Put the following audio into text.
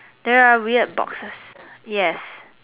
there are weird boxes yes